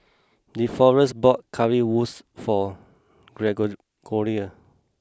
Deforest bought Currywurst for Gregorio